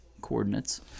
coordinates